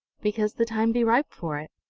because the time be ripe for it.